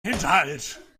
hinterhalt